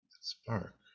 spark